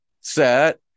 set